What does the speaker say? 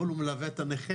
אבל הוא מלווה את הנכה,